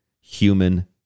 human